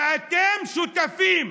ואתם שותפים.